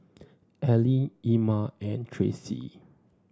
Ellie Ima and Tracey